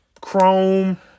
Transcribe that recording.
Chrome